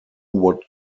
what